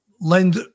lend